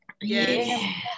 Yes